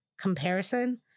comparison